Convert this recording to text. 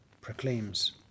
proclaims